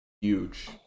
Huge